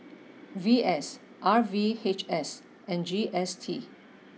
V S R V H S and G S T